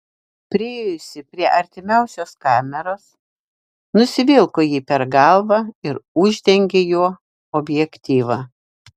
priėjusi prie artimiausios kameros nusivilko jį per galvą ir uždengė juo objektyvą